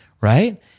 right